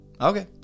okay